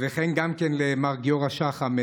וגם כן מר גיורא שחם,